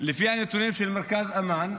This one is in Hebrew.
לפי הנתונים של מרכז אמאן,